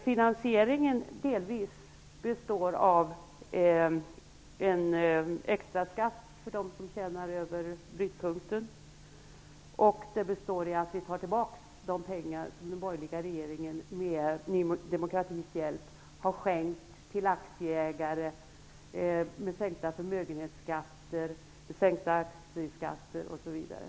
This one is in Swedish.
Finansieringen består delvis av en extraskatt för dem som har inkomster över brytpunkten. Den består också i att vi tar tillbaks de pengar som den borgerliga regeringen med Ny demokratis hjälp har skänkt till aktieägare genom sänkta förmögehetsskatter, sänkta aktieskatter osv.